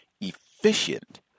efficient